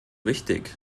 wichtig